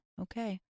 okay